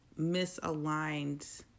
misaligned